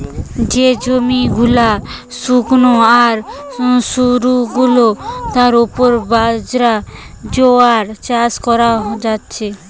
যে জমি গুলা শুস্ক আর শুকনো তার উপর বাজরা, জোয়ার চাষ কোরা হচ্ছে